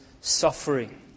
suffering